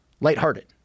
lighthearted